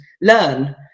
learn